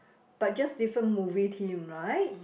but just different movie theme right